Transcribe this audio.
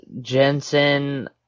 Jensen